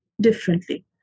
differently